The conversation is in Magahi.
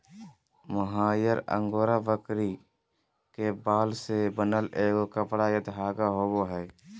मोहायर अंगोरा बकरी के बाल से बनल एगो कपड़ा या धागा होबैय हइ